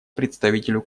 представителю